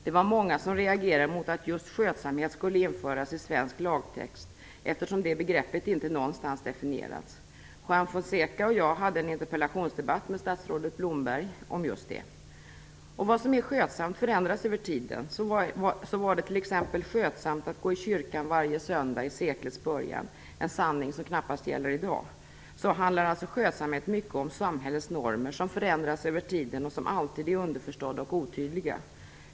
Det var många som reagerade mot att just skötsamhet skulle införas i svensk lagtext, eftersom detta begrepp inte någonstans har definierats. Juan Fonseca och jag hade en interpellationsdebatt med statsrådet Blomberg om just detta. Vad som är skötsamt förändras över tiden. I seklets början var det t.ex. skötsamt att gå i kyrkan varje söndag; en sanning som knappast gäller i dag. Skötsamhet handlar alltså mycket om samhällets normer som förändras över tiden och som alltid är underförstådda och otydliga.